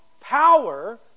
power